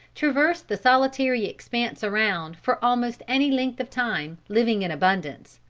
traverse the solitary expanse around for almost any length of time, living in abundance.